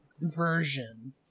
version